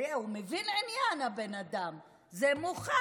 הרי הבן אדם מבין עניין זה מוכח.